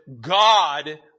God